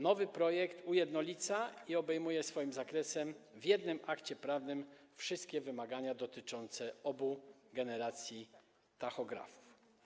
Nowy projekt ujednolica i obejmuje swoim zakresem w jednym akcie prawnym wszystkie wymagania dotyczące obu generacji tachografów.